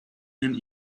and